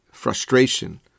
frustration